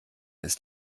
ist